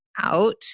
out